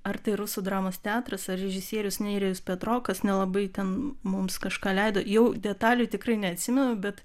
ar tai rusų dramos teatras ar režisierius nėrijus petrokas nelabai ten mums kažką leido jau detalių tikrai neatsimenu bet